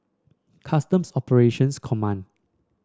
Customs Operations Command